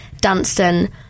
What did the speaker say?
Dunstan